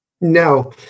no